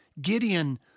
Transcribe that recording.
Gideon